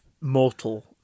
mortal